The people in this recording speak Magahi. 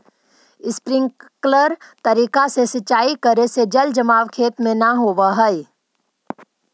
स्प्रिंकलर तरीका से सिंचाई करे से जल जमाव खेत में न होवऽ हइ